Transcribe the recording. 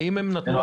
מי הם ה-500?